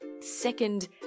second